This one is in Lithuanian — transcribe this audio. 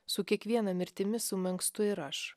su kiekviena mirtimi sumenkstu ir aš